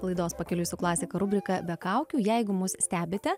laidos pakeliui su klasika rubriką be kaukių jeigu mus stebite